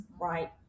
right